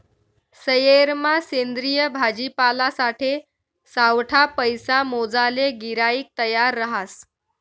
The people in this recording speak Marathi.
सयेरमा सेंद्रिय भाजीपालासाठे सावठा पैसा मोजाले गिराईक तयार रहास